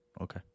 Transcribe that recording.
Okay